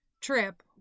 trip